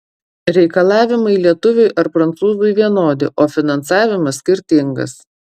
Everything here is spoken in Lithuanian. reikalavimai lietuviui ar prancūzui vienodi o finansavimas skirtingas